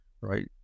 right